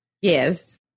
yes